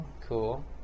cool